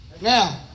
Now